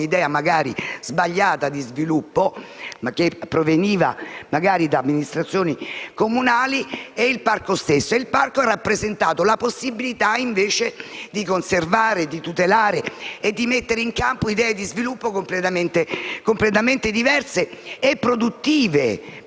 un'idea magari sbagliata di sviluppo (che proveniva da amministrazioni comunali) e il parco stesso. Il parco ha rappresentato invece la possibilità di conservare, tutelare e mettere in campo idee di sviluppo completamente diverse e produttive